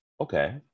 Okay